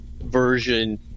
version